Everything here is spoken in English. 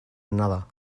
another